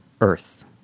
earth